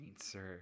sir